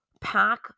pack